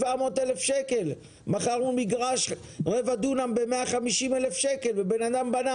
700,000. מכרנו מגרש של רבע דונם ב-150,000 שקל ואדם בנה